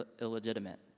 illegitimate